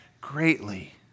greatly